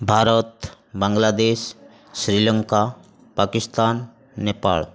Bharat Bangladesh Sri Lanka Pakistan Nepal